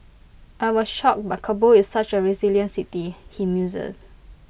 I was shocked but Kabul is such A resilient city he muses